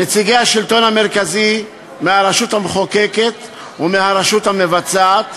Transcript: נציגי השלטון המרכזי מהרשות המחוקקת ומהרשות המבצעת,